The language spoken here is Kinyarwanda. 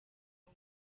ngo